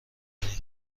کنی